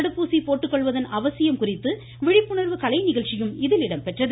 தடுப்பூசி போட்டுக்கொள்வதன் அவசியம் குறித்து விழிப்புணர்வு கலை நிகழ்ச்சியும் இதில் இடம்பெற்றது